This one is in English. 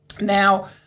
now